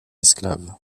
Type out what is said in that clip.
esclave